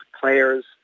players